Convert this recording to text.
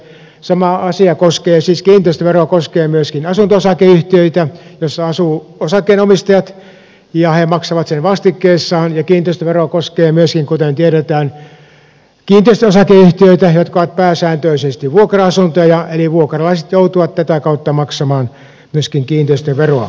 sama asia siis kiinteistövero koskee myöskin asunto osakeyhtiöitä joissa asuu osakkeenomistajia ja he maksavat sen vastikkeessaan ja kiinteistövero koskee myöskin kuten tiedetään kiinteistöosakeyhtiöitä jotka ovat pääsääntöisesti vuokra asuntoja eli vuokralaiset joutuvat tätä kautta maksamaan myöskin kiinteistöveroa